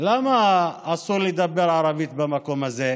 למה אסור לדבר ערבית במקום הזה?